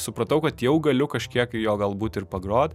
supratau kad jau galiu kažkiek jo galbūt ir pagrot